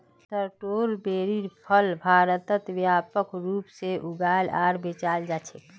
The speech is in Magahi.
स्ट्रोबेरीर फल भारतत व्यापक रूप से उगाल आर बेचाल जा छेक